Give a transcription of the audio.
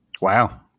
Wow